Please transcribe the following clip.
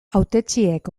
hautetsiek